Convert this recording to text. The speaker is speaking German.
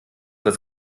das